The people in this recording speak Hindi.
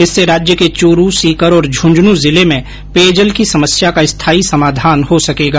इससे राज्य के चूरू सीकर और झुन्झुनू जिले मेँ पेयजल की समस्या का स्थायी समाधान हो सकेगा